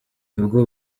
nibwo